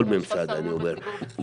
כל ממסד אני אומר.